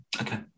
Okay